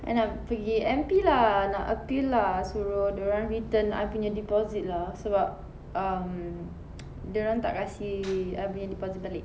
I nak pergi M_P lah nak appeal lah suruh dorang return I punya deposit lah sebab um dorang tak kasi I punya deposit balik